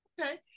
Okay